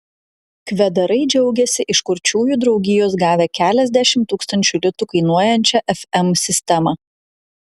kvedarai džiaugiasi iš kurčiųjų draugijos gavę keliasdešimt tūkstančių litų kainuojančią fm sistemą